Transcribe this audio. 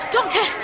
Doctor